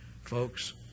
Folks